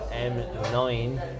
M9